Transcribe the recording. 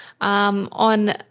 on